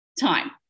time